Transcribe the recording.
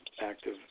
active